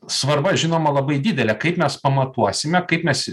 svarba žinoma labai didelė kaip mes pamatuosime kaip mes